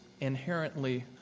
inherently